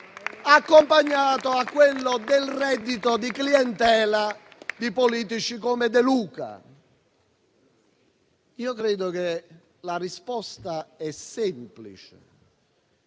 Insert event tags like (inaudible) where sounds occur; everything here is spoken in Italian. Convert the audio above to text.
accompagnato da quello del reddito di clientela di politici come De Luca? (applause) Credo che la risposta sia semplice